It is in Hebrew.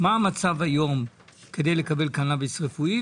מה המצב היום כדי לקבל קנאביס רפואי,